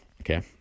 Okay